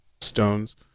stones